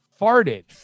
farted